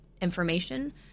information